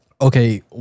Okay